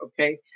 okay